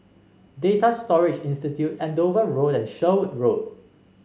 Data Storage Institute Andover Road and Sherwood Road